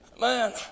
Man